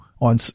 on